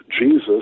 Jesus